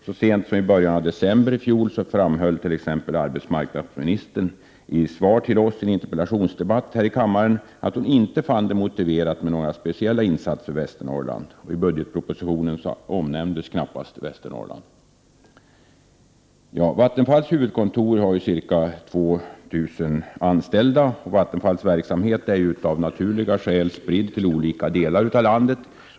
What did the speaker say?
Så sent som i början av december i fjol framhöll t.ex. arbetsmarknadsministern i ett interpellationssvar här i kammaren att hon inte fann det motiverat med några speciella insatser för Vattenfalls huvudkontor har ca 2 000 anställda, och dess verksamhet är av naturliga skäl spridd över olika delar av landet.